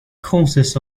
causes